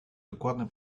dokładny